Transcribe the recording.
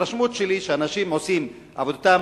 ההתרשמות שלי שאנשים עושים עבודתם